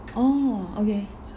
orh okay